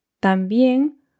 También